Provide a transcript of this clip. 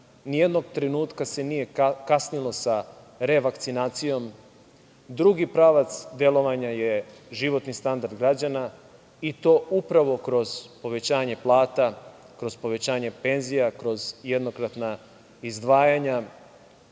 Nijednog trenutka se nije kasnilo sa revakcinacijom. Drugi pravac delovanja je životne standard građana i to upravo kroz povećanje plata, kroz povećanje penzija, kroz jednokratna izdvajanja